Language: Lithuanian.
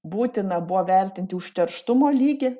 būtina buvo vertinti užterštumo lygį